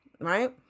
right